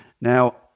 Now